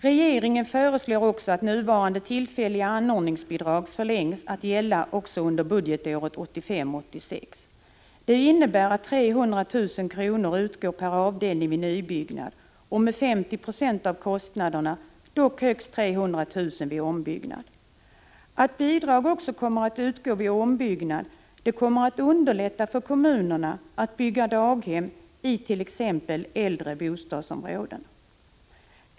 Regeringen föreslår också att nuvarande tillfälliga anordningsbidrag förlängs till att gälla också under budgetåret 1985/86. Det innebär att 300 000 kr. utgår per avdelning vid nybyggnad och med 50 96 av kostnaderna, dock högst 300 000 kr. vid ombyggnad. Det faktum att bidrag också kommer att utgå vid ombyggnad kommer att underlätta för kommuner att bygga daghem i t.ex. äldre bostadsområden.